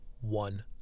One